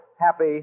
happy